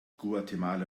guatemala